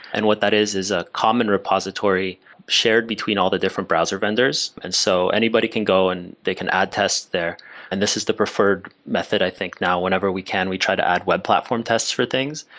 and what that is is a common repository shared between all the different browser vendors, and so anybody can go and they can add tests there and this is the preferred method. i think now whenever we can, we try to add web platform tests for things,